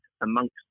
amongst